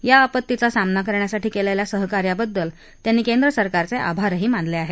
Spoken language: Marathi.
या आपत्तीचा सामना करण्यासाठी केलेल्या सहकार्याबद्दल त्यांनी केंद्र सरकारचे आभारही मानले आहेत